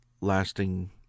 lasting